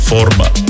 Forma